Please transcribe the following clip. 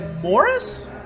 Morris